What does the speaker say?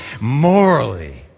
morally